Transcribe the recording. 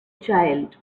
child